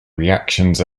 reactions